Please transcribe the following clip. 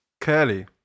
Curly